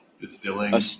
Distilling